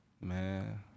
Man